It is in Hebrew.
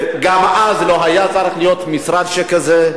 גם אז לא היה צריך להיות משרד כזה.